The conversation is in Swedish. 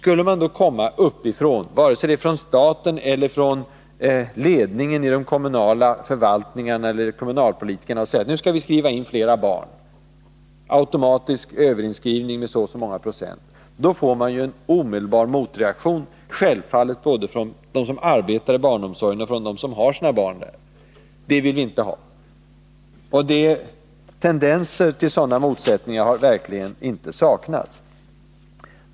Kommer man uppifrån — från staten, från ledningen i de kommunala förvaltningarna eller från kommunalpolitikerna — och säger att nu skall vi skriva in fler barn, nu skall vi ha en automatisk överinskrivning med så och så många procent, får man självfallet en omedelbar motreaktion både från dem som arbetar inom barnomsorgen och från dem som har sina barn där. Och det är ju inte vad vi vill. Tendenser till sådana motsättningar har verkligen inte saknats.